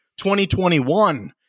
2021